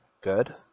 good